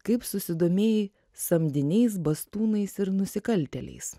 kaip susidomėjai samdiniais bastūnais ir nusikaltėliais